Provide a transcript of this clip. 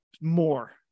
more